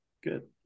Good